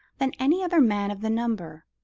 than any other man of the number.